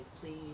please